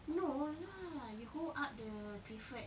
no ya you go up the clifford